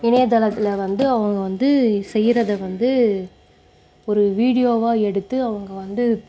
இணைய தளத்தில் வந்து அவங்க வந்து செய்கிறத வந்து ஒரு வீடியோவாக எடுத்து அவங்க வந்து